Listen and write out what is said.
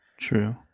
True